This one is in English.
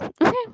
Okay